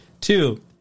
Two